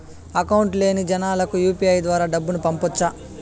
Account లేని జనాలకు UPI ద్వారా డబ్బును పంపొచ్చా?